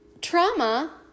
trauma